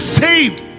saved